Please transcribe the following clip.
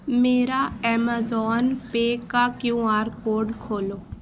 میرا Amazon pay کا Q R code کھولو